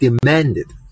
demanded